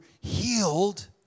healed